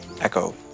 Echo